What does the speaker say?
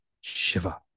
Shiva